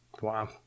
Wow